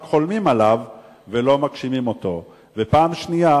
רק חולמים עליו ולא מגשימים אותו, ופעם שנייה